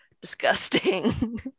disgusting